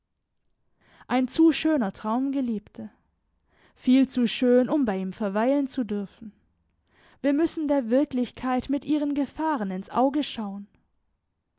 ein zu schöner traum geliebte viel zu schön um bei ihm verweilen zu dürfen wir müssen der wirklichkeit mit ihren gefahren ins auge schauen